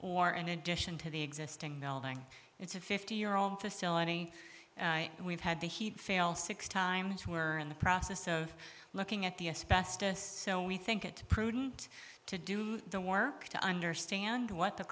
or an addition to the existing melding it's a fifty year old facility and we've had the heat fail six times who are in the process of looking at the s best us so we think it prudent to do the work to understand what the